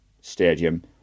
stadium